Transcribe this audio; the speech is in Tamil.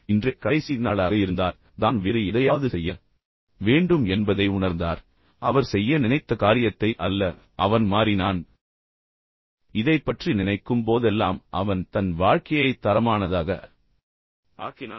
இன்றே கடைசி நாளாக இருந்தால் தான் வேறு எதையாவது செய்ய வேண்டும் என்பதை உணர்ந்தார் ஆனால் அவர் உண்மையில் செய்ய நினைத்த காரியத்தை அல்ல அவன் மாறினான் இதைப் பற்றி நினைக்கும் போதெல்லாம் அவன் தன் வாழ்க்கையை மிகவும் தரமானதாக ஆக்கினான்